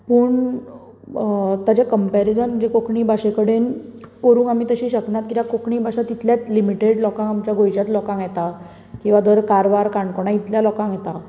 पूण अ ताजे कंपॅरिजन म्हणजे कोंकणी भाशे कडेन करूंक आमी तशी शकनात कित्याक कोंकणी भाशा तितल्याच लिमिटेड लोकांक आमच्या गोंयच्याच लोकांक येता किंवा धर कारवार काणकोणा इतल्या लोकांक येता